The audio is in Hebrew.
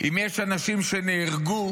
אם יש אנשים שנהרגו